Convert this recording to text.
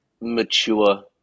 mature